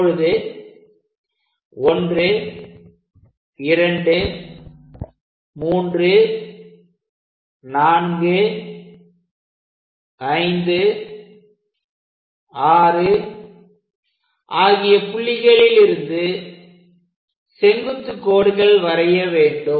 இப்பொழுது 123456 ஆகிய புள்ளிகளிலிருந்து செங்குத்துக் கோடுகள் வரைய வேண்டும்